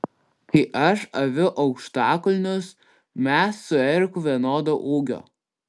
kai aš aviu aukštakulnius mes su eriku vienodo ūgio